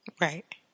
Right